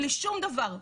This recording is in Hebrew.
בלי שום דבר.